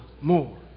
more